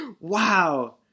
Wow